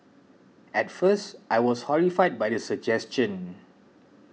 at first I was horrified by the suggestion